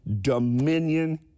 Dominion